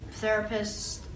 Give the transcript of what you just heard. Therapists